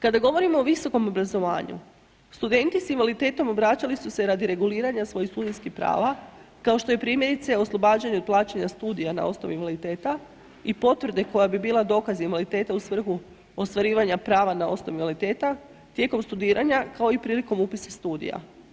Kada govorimo o visokom obrazovanju, studenti s invaliditetom obraćali su se radi reguliranja svojih studentskih prava kao što je primjerice, oslobađanje od plaćanja studija na osnovi invaliditeta i potvrde koja bi bila dokaz invaliditeta u svrhu ostvarivanja prava na osnov invaliditeta, tijekom studiranja, kao i prilikom upisa studija.